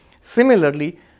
Similarly